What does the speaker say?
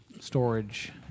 storage